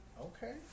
Okay